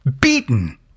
beaten